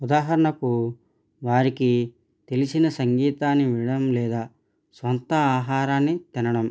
ఉదాహరణకు వారికి తెలిసిన సంగీతాన్ని వినడం లేదా స్వంత ఆహారాన్ని తినడం